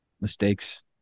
mistakes